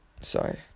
Sorry